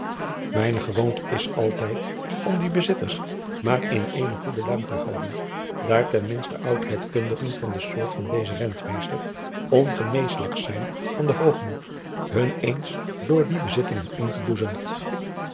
ijne gewoonte is altijd om die bezitters maar in eene goede luim te houden daar ten minste oudheidkundigen van de soort van dezen entmeester ongeneeslijk zijn van den hoogmoed hun eens door die bezittingen